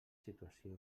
situació